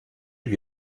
lui